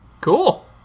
Cool